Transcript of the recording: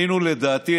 לדעתי,